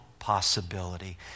possibility